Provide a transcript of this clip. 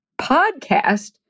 podcast